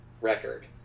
record